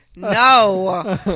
no